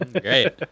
great